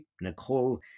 nicole